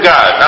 God